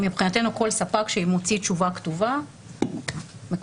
מבחינתנו, כל ספק שמוציא תשובה כתובה מקובל.